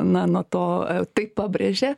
na nuo to tai pabrėžia